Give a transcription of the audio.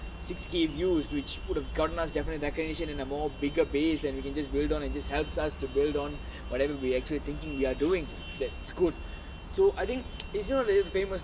six K views which would have garner us definitely recognition in a more bigger base then we can just build on and just helps us to build on whatever we actually thinking you are doing that's good so I think it's not like it's famous